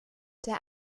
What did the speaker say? der